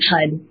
HUD